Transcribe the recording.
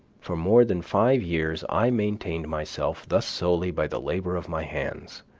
for more than five years i maintained myself thus solely by the labor of my hands,